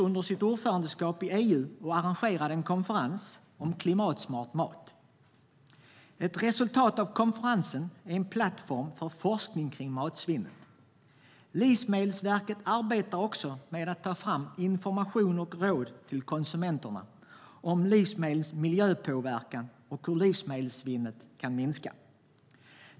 Under ordförandeskapet i EU arrangerade regeringen en konferens om klimatsmart mat. Ett resultat av konferensen är en plattform för forskning kring matsvinnet. Livsmedelsverket arbetar också med att ta fram information och råd till konsumenterna om livsmedlens miljöpåverkan och om hur livsmedelssvinnet kan minskas.